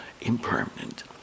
impermanent